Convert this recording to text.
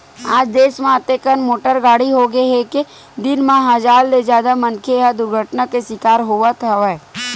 आज देस म अतेकन मोटर गाड़ी होगे हे के दिन म हजार ले जादा मनखे ह दुरघटना के सिकार होवत हवय